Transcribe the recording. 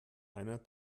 einer